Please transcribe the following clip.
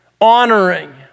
honoring